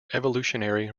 evolutionary